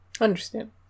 Understand